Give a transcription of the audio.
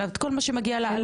וכל מה שמגיע לה לשנה.